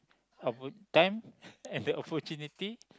about time and the opportunity